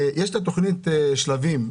יש תוכנית שלבים.